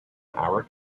our